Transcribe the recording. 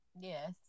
Yes